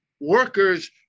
Workers